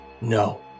No